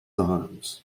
arms